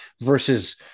versus